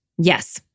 Yes